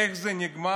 איך זה נגמר?